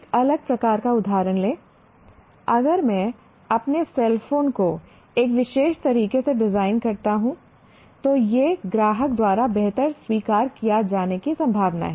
एक अलग प्रकार का उदाहरण लें अगर मैं अपने सेल फोन को एक विशेष तरीके से डिजाइन करता हूं तो यह ग्राहक द्वारा बेहतर स्वीकार किए जाने की संभावना है